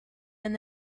and